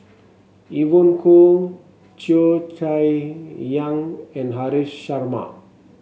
Evon Kow Cheo Chai Hiang and Haresh Sharma